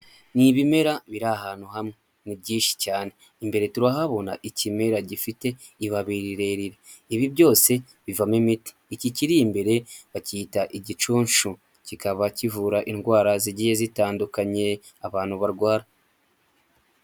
Ni ibimera biri ahantu hamwe, ni byinshi cyane. Imbere turahabona ikimera gifite ibabi rirerire. Ibi byose bivamo imiti iki kiri imbere bakiyita igicuncu kikaba kivura indwara zigiye zitandukanye abantu .